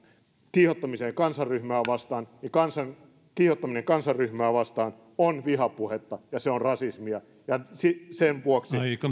kiihottamiseen kansanryhmää vastaan niin kiihottaminen kansanryhmää vastaan on vihapuhetta ja se on rasismia ja sen vuoksi